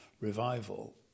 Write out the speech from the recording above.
revival